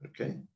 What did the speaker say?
okay